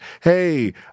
Hey